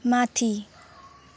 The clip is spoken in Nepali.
माथि